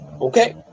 Okay